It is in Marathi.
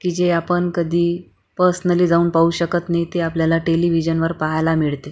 की जे आपण कधी पस्नली जाऊन पाहू शकत नाही ते आपल्याला टेलिविजनवर पाहायला मिळते